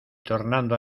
tornando